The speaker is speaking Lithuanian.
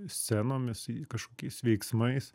scenomis į kažkokiais veiksmais